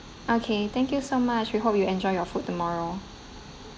okay thank you so much we hope you enjoy your food tomorrow